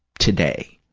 today,